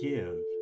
Give